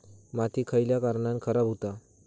माती खयल्या कारणान खराब हुता?